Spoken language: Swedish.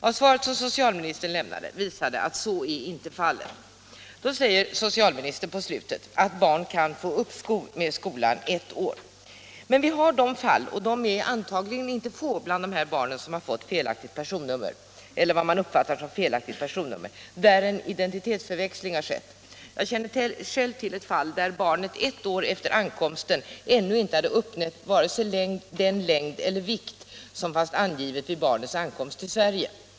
Nr 42 Socialministerns svar visade att så inte är fallet. Socialministern sade att barnet kan få uppskov med skolan ett år. Men vi har fall — och de är antagligen inte få bland de barn som fått felaktigt =, personnummer =— där en indentitetsförväxling har skett. Jag känner själv — Om personnummer till ett fall där barnet ett år efter ankomsten ännu inte hade uppnått = på utländska vare sig den längd eller den vikt som fanns angiven vid barnets ankomst — adoptivbarn till Sverige.